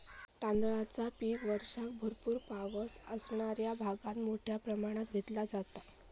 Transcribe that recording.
तांदळाचा पीक वर्षाक भरपूर पावस असणाऱ्या भागात मोठ्या प्रमाणात घेतला जाता